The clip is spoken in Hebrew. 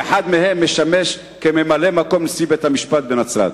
שאחד מהם משמש ממלא-מקום נשיא בית-המשפט בנצרת?